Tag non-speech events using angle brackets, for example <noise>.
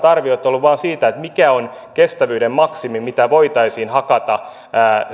<unintelligible> arviot ovat olleet vain siitä mikä on kestävyyden maksimi mitä voitaisiin hakata